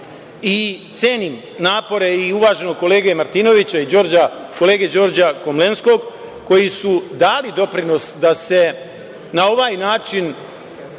i cenim napore i uvaženog kolege Martinovića i kolege Đorđa Komlenskog koji su dali doprinos da na ovan način